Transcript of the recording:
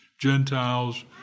Gentiles